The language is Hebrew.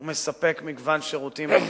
הוא מספק מגוון שירותים רחב.